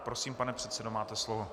Prosím, pane předsedo, máte slovo.